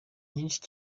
nyinshi